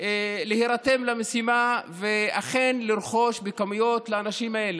להירתם למשימה ואכן לרכוש בכמויות לאנשים האלה,